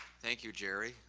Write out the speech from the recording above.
thank you, jerry.